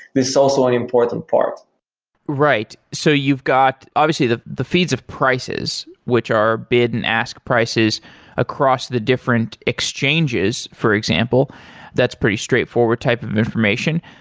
this is also an important part right. so you've got obviously the the feeds of prices, which are bid and ask prices across the different exchanges for example that's pretty straight forward type of information.